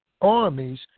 armies